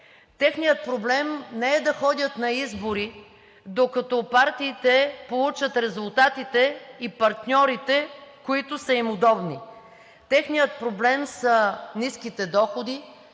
Техният проблем не е да ходят на избори, докато партиите получат резултатите и партньорите, които са им удобни. Техният проблем са ниските доходи,